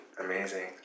Amazing